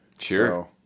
Sure